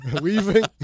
Weaving